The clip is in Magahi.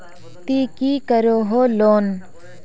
ती की करोहो लोन?